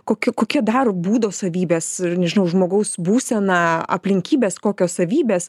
kokių kokie dar būdo savybės nežinau žmogaus būsena aplinkybės kokios savybės